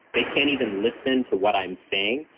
they can't even listen to what i'm saying.